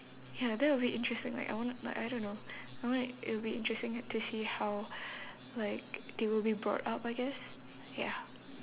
ya that will be interesting like I wanna like I don't know I wanna it will be interesting to see how like they will be brought up I guess ya